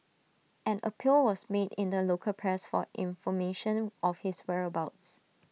an appeal was made in the local press for information of his whereabouts